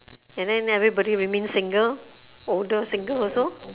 and then everybody remain single older single also